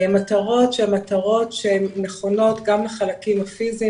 מטרות שהן מטרות שנכונות גם לחלקים הפיזיים